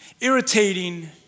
irritating